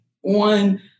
One